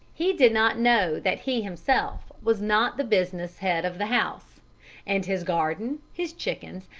he did not know that he himself was not the business head of the house and his garden, his chickens,